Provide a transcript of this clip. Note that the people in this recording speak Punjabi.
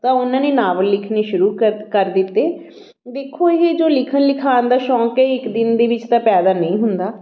ਤਾਂ ਉਹਨਾਂ ਨੇ ਨਾਵਲ ਲਿਖਣੇ ਸ਼ੁਰੂ ਕ ਕਰ ਦਿੱਤੇ ਦੇਖੋ ਇਹ ਜੋ ਲਿਖਣ ਲਿਖਾਣ ਦਾ ਸ਼ੌਂਕ ਇਹ ਇੱਕ ਦਿਨ ਦੇ ਵਿੱਚ ਤਾਂ ਪੈਦਾ ਨਹੀਂ ਹੁੰਦਾ